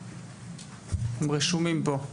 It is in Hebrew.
הם רשומים פה.